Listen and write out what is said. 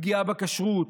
פגיעה בכשרות,